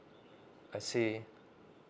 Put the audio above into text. I see